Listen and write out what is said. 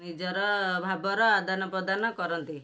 ନିଜର ଭାବର ଆଦାନ ପ୍ରଦାନ କରନ୍ତି